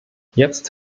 jetzt